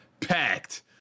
packed